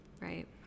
right